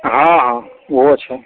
हँ हँ ओहो छै